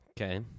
Okay